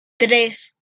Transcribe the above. tres